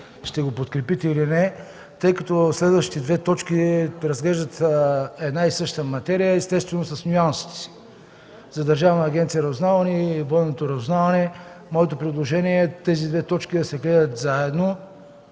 ще го подкрепите или не. Тъй като следващите две точки разглеждат една и съща материя, естествено с нюансите си за Държавна агенция „Разузнаване” и Военно разузнаване, моето предложение е тези две точки да се гледат заедно,